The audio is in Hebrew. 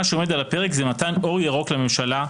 מה שעומד על הפרק זה מתן אור ירוק לממשלה,